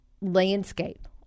landscape